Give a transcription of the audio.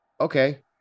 Okay